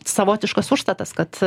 savotiškas užstatas kad